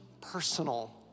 personal